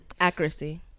accuracy